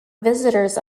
visitors